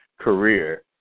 career